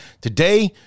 Today